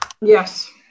Yes